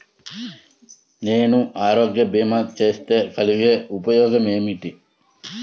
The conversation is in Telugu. నేను ఆరోగ్య భీమా చేస్తే కలిగే ఉపయోగమేమిటీ?